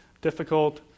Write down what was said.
difficult